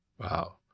Wow